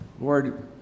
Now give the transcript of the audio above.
Lord